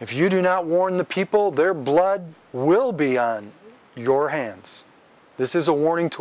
if you do not warn the people their blood will be on your hands this is a warning to